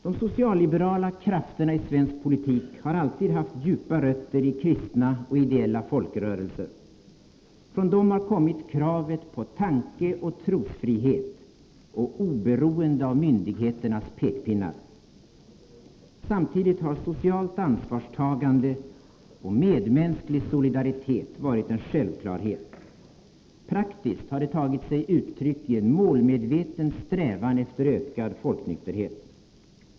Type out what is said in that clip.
De socialliberala krafterna i svensk politik har alltid haft djupa rötter i kristna och ideella folkrörelser. Från dem har kommit krav på tankeoch trosfrihet och oberoende av myndigheternas pekpinnar. Samtidigt har socialt ansvarstagande och medmänsklig solidaritet varit en självklarhet. Praktiskt har det tagit sig uttryck i en målmedveten strävan efter ökad folknykterhet.